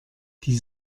die